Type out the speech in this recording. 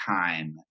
time